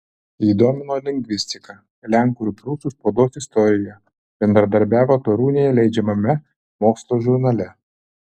jį domino lingvistika lenkų ir prūsų spaudos istorija bendradarbiavo torūnėje leidžiamame mokslo žurnale